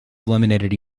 eliminated